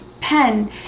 pen